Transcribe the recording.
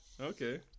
Okay